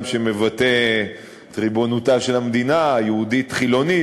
שמבטא את ריבונותה של המדינה היהודית-חילונית.